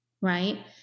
right